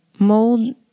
Mold